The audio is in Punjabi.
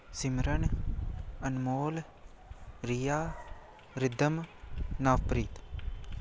ਸਿਮਰਨ ਅਨਮੋਲ ਪ੍ਰੀਆ ਰਿਦਮ ਨਵਪ੍ਰੀਤ